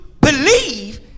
believe